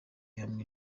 hamwe